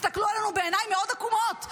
הסתכלו עלינו בעיניים מאוד עקומות,